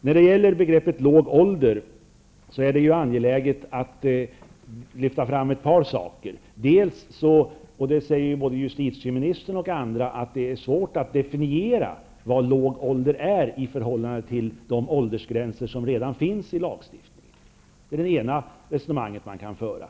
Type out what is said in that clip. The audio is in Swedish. När det gäller begreppet låg ålder är det angeläget att lyfta fram ett par saker. Både justitieministern och andra säger att det är svårt att definiera vad låg ålder är i förhållande till de åldersgränser som redan finns i lagstiftningen. Det är det ena resonemanget som man kan föra.